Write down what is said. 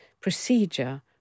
procedure